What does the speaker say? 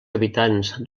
habitants